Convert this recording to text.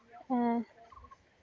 ᱮᱹ